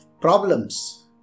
problems